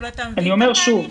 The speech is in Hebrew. אני אומר שוב